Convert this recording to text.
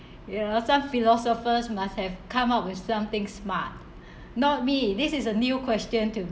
you know some philosophers must have come up with something smart not me this is a new question to